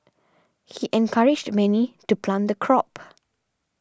he encouraged many to plant the crop